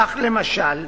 כך, למשל,